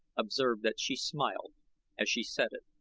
observed that she smiled as she said it.